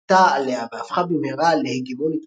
עלתה עליה והפכה במהרה להגמונית באזור,